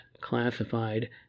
classified